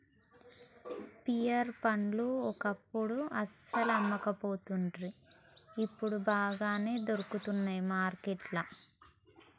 pear పండ్లు ఒకప్పుడు అస్సలు అమ్మపోతుండ్రి ఇప్పుడు బాగానే దొరుకుతానయ్ మార్కెట్లల్లా